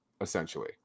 essentially